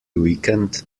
weekend